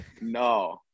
no